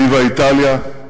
ויווה איטליה,